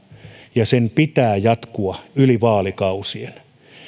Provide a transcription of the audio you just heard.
ja sen pitää jatkua yli vaalikausien